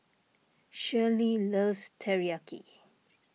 Schley loves Teriyaki